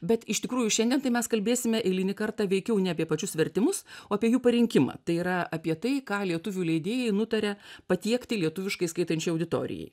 bet iš tikrųjų šiandien tai mes kalbėsime eilinį kartą veikiau ne apie pačius vertimus o apie jų parinkimą tai yra apie tai ką lietuvių leidėjai nutarė patiekti lietuviškai skaitančiai auditorijai